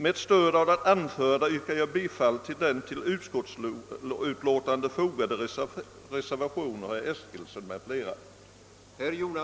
Med stöd av det anförda yrkar jag bifall till den vid utskottsutlåtandet fogade reservationen av herr Carl Eskilsson m.fl.